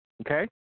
Okay